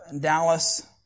Dallas